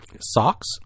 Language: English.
Socks